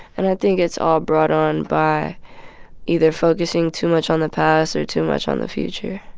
and i think it's all brought on by either focusing too much on the past or too much on the future.